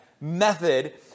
method